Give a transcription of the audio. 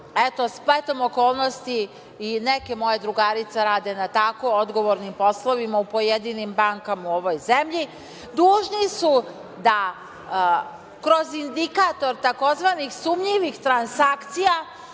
eto, spletom okolnosti i neke moje drugarice rade na tako odgovornim poslovima u pojedinim bankama u ovoj zemlji, dužni su da kroz indikator tzv. sumnjivih transakcija